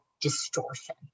distortion